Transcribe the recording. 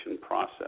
process